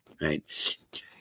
right